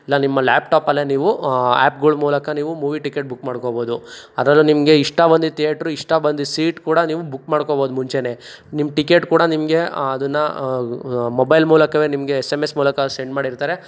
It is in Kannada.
ಇಲ್ಲ ನಿಮ್ಮ ಲ್ಯಾಪ್ಟಾಪಲ್ಲೇ ನೀವು ಆ್ಯಪ್ಗಳ ಮೂಲಕ ನೀವು ಮೂವಿ ಟಿಕೆಟ್ ಬುಕ್ ಮಾಡ್ಕೊಬೋದು ಅದ್ರಲ್ಲೂ ನಿಮಗೆ ಇಷ್ಟ ಬಂದಿದ್ದ ತಿಯೇಟ್ರು ಇಷ್ಟ ಬಂದಿದ್ದ ಸೀಟ್ ಕೂಡ ನೀವು ಬುಕ್ ಮಾಡ್ಕೊಬೋದು ಮುಂಚೆಯೇ ನಿಮ್ಮ ಟಿಕೆಟ್ ಕೂಡ ನಿಮಗೆ ಅದನ್ನು ಮೊಬೈಲ್ ಮೂಲಕವೇ ನಿಮಗೆ ಎಸ್ ಎಮ್ ಎಸ್ ಮೂಲಕ ಸೆಂಡ್ ಮಾಡಿರ್ತಾರೆ